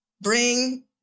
bring